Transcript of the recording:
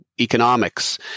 Economics